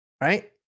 Right